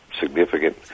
significant